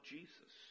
Jesus